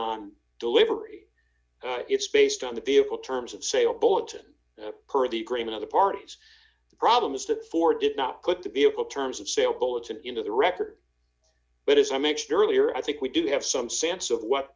on delivery it's based on the vehicle terms of sale bulletins per the agreement of the parties the problem is that for did not put the vehicle terms of sale bulletins into the record but as i mentioned earlier i think we do have some sense of what